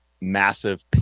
massive